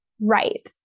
right